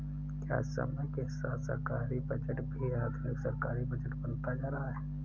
क्या समय के साथ सरकारी बजट भी आधुनिक सरकारी बजट बनता जा रहा है?